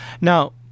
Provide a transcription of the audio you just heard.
Now